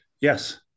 Yes